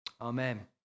amen